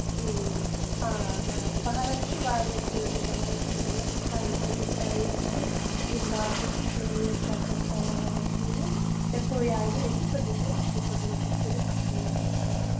کِہیٖنٛۍ آ آ بَہارَس چھُ واریاہ شِہُج بَہارَس چھُ مطلب سانہِ خٲطرٕ تہِ واریاہ اَصٕل یِم باقٕے تہِ چھِ یِمن یور چکرَس وَکرَس سَیاہ وَیاہ چھِ یِوان یا تُہۍ آوٕ ییٚکہِ تُہۍ ہیٚکِو اَصٕل پٲٹھۍ لُطُف تُلِتھ اَصٕل مَزٕ چھُ لَگان